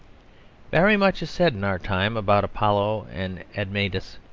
very much is said in our time about apollo and admetus,